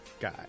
guy